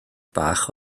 bach